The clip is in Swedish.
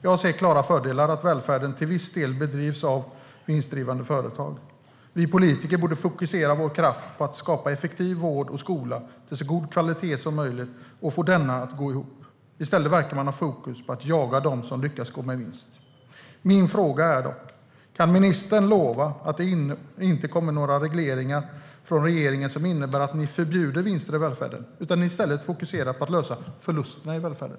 Jag ser klara fördelar i att välfärden till viss del bedrivs av vinstdrivande företag. Vi politiker borde fokusera vår kraft på att skapa effektiv vård och skola med så god kvalitet som möjligt och att få denna att gå ihop. I stället verkar man ha fokus på att jaga de företag som lyckas gå med vinst. Kan ministern lova att det inte kommer några regleringar från regeringen som innebär att ni förbjuder vinster i välfärden utan att ni i stället fokuserar på att lösa problemen med förlusterna i välfärden?